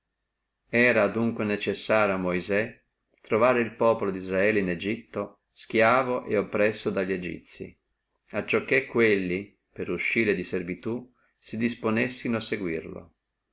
era dunque necessario a moisè trovare el populo disdrael in egitto stiavo et oppresso dalli egizii acciò che quelli per uscire di servitù si disponessino a seguirlo